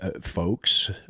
folks